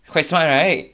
quite smart right